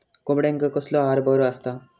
कोंबड्यांका कसलो आहार बरो असता?